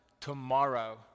tomorrow